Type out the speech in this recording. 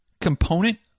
component